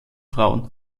frauen